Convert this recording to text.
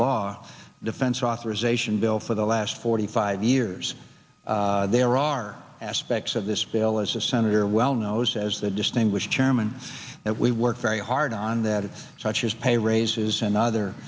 law defense authorization bill for the last forty five years there are aspects of this bill as a senator well knows as the distinguished chairman that we work very hard on that such as pay raises another